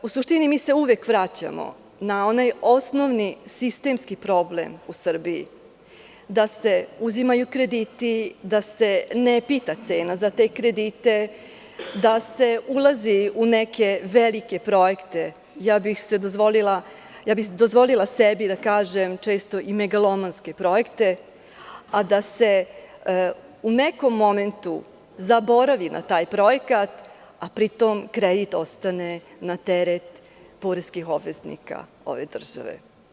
U suštini, mi se uvek vraćamo na onaj osnovni sistemski problem u Srbiji, da se uzimaju krediti, da se ne pita cena za te kredite, da se ulazi u neke velike projekte, dozvolila bih sebi da kažem, često i megalomanske projekte, a da se u nekom momentu zaboravi na taj projekat, a pri tom kredit ostane na teret poreskih obveznika ove države.